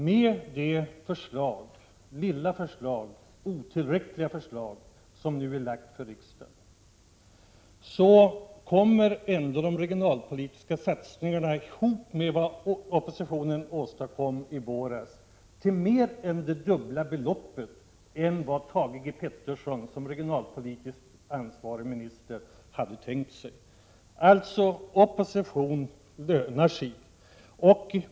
Med det otillräckliga förslag som nu är framlagt för riksdagen kommer ändå de regionalpolitiska satsningarna tillsammans med vad oppositionen åstadkom i våras att uppgå till mer än dubbla beloppet, jämfört med vad Thage G Peterson som regionalpolitiskt ansvarig minister hade tänkt sig. Alltså: Opposition lönar sig!